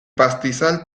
pastizal